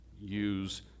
use